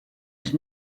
did